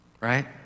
right